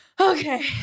Okay